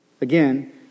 Again